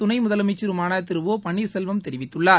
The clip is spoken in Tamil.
துணை முதலமைக்சருமான திரு ஒ பன்னீர்செல்வம் தெரிவித்துள்ளார்